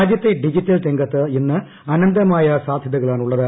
രാജ്യത്തെ ഡിജിറ്റൽ രംഗത്ത് ഇന്ന് അനന്തമായ സാധ്യതകളാണുള്ളത്